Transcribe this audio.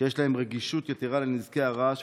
שיש להם רגישות יתרה לנזקי הרעש,